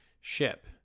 ship